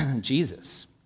Jesus